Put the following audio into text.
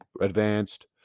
advanced